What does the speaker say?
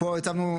פה הצבנו,